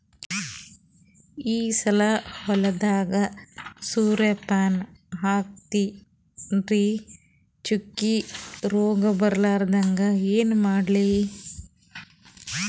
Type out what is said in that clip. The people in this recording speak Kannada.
ಈ ಸಲ ಹೊಲದಾಗ ಸೂರ್ಯಪಾನ ಹಾಕತಿನರಿ, ಚುಕ್ಕಿ ರೋಗ ಬರಲಾರದಂಗ ಏನ ಮಾಡ್ಲಿ?